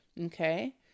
Okay